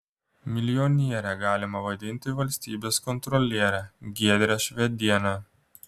milijoniere galima vadinti valstybės kontrolierę giedrę švedienę